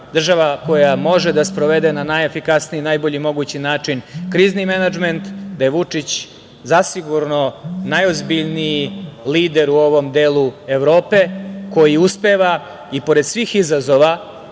država koja može da sprovede na najefikasniji i najbolji mogući način krizni menadžment, da je Vučić zasigurno najozbiljniji lider u ovom delu Evrope, koji uspeva i pored svih izazova,